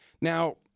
Now